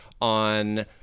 on